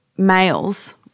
males